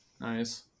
Nice